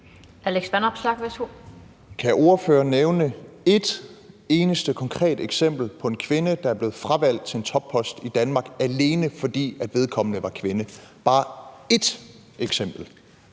Kan ordføreren nævne et eneste konkret eksempel på en kvinde, der er blevet fravalgt til en toppost i Danmark, alene fordi vedkommende var kvinde? Bare ét eksempel.